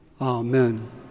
Amen